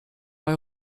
bei